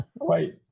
Right